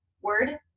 word